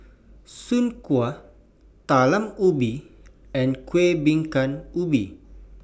Soon Kway Talam Ubi and Kuih Bingka Ubi